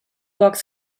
walk